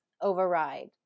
override